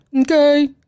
Okay